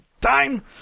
time